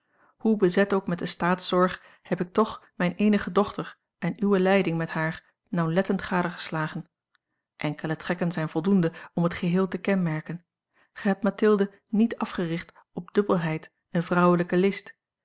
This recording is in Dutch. hoe bezet ook met de staatszorg heb ik toch mijne eenige dochter en uwe leiding met haar nauwlettend gadegeslagen enkele trekken zijn voldoende om het geheel te kenmerken gij hebt mathilde niet afgericht op dubbelheid en vrouwelijke list